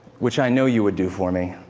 which i know you would do for me,